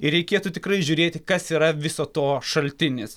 ir reikėtų tikrai žiūrėti kas yra viso to šaltinis